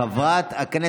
חברת הכנסת גוטליב.